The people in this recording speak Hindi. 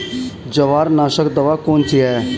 जवार नाशक दवा कौन सी है?